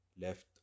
left